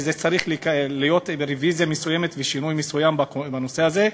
וצריכים להיות רוויזיה מסוימת ושינוי מסוים בנושא הזה.